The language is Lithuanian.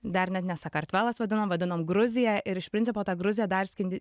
dar net ne sakartvelas vadinom vadinom gruzija ir iš principo ta gruzija dar skendi